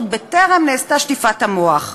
עוד בטרם נעשתה שטיפת המוח.